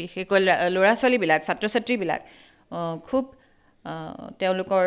বিশেষকৈ ল'ৰা ছোৱালীবিলাক ছাত্ৰ ছাত্ৰীবিলাক খুব তেওঁলোকৰ